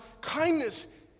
kindness